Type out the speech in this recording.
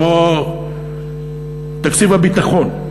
כמו תקציב הביטחון.